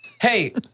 Hey